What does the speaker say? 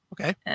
Okay